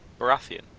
Baratheon